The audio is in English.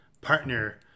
partner